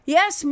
Yes